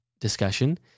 discussion